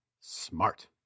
smart